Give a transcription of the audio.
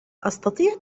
أستطيع